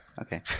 Okay